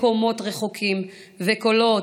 מקומות רחוקים וקולות.